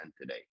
today